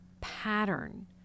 pattern